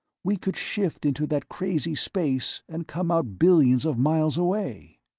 we could shift into that crazy space and come out billions of miles away.